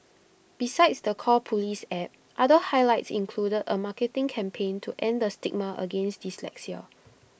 besides the call Police app other highlights included A marketing campaign to end the stigma against dyslexia